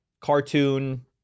cartoon